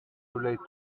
relate